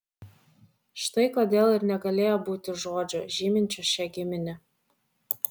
štai kodėl ir negalėjo būti žodžio žyminčio šią giminę